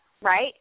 right